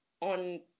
on –